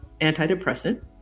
antidepressant